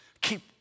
Keep